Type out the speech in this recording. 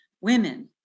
Women